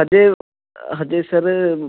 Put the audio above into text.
ਹਜੇ ਹਜੇ ਸਰ